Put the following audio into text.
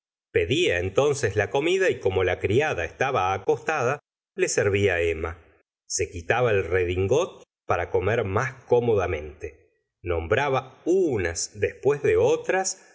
pedía entonces la comida y como la criada estaba acostada le servía emma se quitaba el redingot para comer más cómodamente nombraba unas después de otras